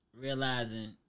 realizing